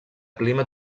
clima